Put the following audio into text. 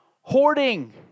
hoarding